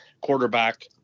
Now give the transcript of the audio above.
quarterback